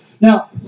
Now